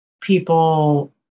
people